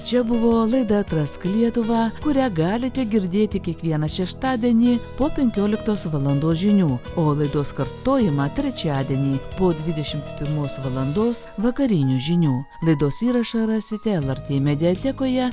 čia buvo laida atrask lietuvą kurią galite girdėti kiekvieną šeštadienį po penkioliktos valandos žinių o laidos kartojimą trečiadienį po dvidešimt pirmos valandos vakarinių žinių laidos įrašą rasite lrt mediatekoje